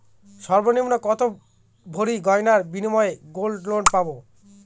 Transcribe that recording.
সর্বনিম্ন কত ভরি গয়নার বিনিময়ে গোল্ড লোন পাব?